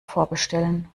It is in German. vorbestellen